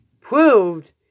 proved